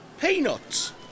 Peanuts